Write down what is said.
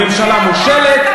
הממשלה מושלת,